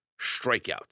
strikeout